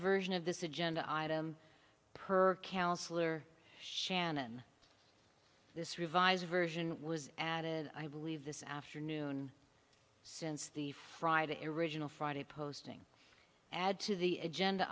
version of this agenda item per councilor shannon this revised version was added i believe this afternoon since the friday erosional friday posting add to the agenda